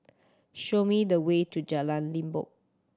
show me the way to Jalan Limbok